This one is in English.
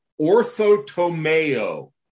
orthotomeo